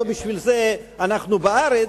לא בשביל זה אנחנו בארץ,